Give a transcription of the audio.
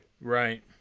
Right